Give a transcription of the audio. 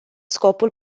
scopul